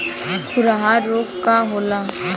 खुरहा रोग का होला?